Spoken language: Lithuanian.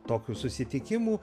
tokių susitikimų